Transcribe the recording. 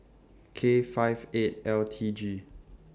K five eight L T G